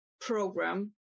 program